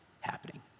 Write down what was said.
happening